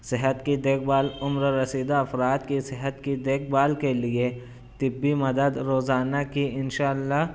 صحت کی دیکھ بھال عمر رسیدہ افراد کی صحت کی دیکھ بھال کے لیے طبی مدد روزانہ کی انشاء اللہ